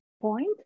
point